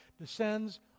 descends